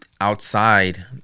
outside